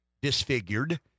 disfigured